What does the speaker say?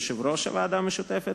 יושב-ראש הוועדה המשותפת,